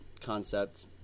concepts